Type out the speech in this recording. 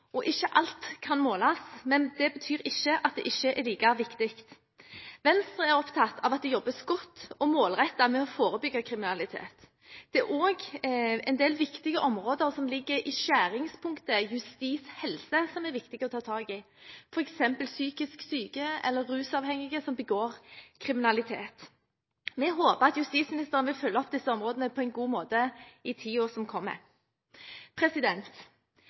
Ikke alt kan måles, men det betyr ikke at det ikke er like viktig. Venstre er opptatt av at det jobbes godt og målrettet med å forebygge kriminalitet. Det er også en del områder som ligger i skjæringspunktet mellom justis og helse som er viktige å ta tak i, f.eks. psykisk syke eller rusavhengige som begår kriminalitet. Vi håper at justisministeren vil følge opp disse områdene på en god måte i tiden som